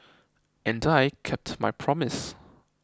and I kept my promise